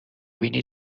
بینی